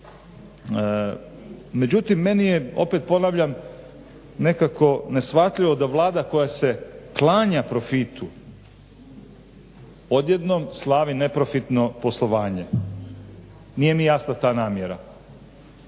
Međutim meni je opet ponavljam nekako neshvatljivo da Vlada koja se klanja profitu odjednom slavi neprofitno poslovanje. Nije mi jasna ta namjera.